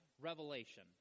Revelation